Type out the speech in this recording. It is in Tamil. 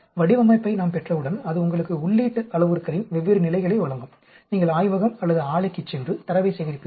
வடிவமைப்பை நாம் பெற்றவுடன் அது உங்களுக்கு உள்ளீட்டு அளவுருக்களின் வெவ்வேறு நிலைகளை வழங்கும் நீங்கள் ஆய்வகம் அல்லது ஆலைக்குச் சென்று தரவைச் சேகரிப்பீர்கள்